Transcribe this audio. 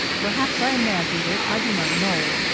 perhaps i imagined it. i do not know.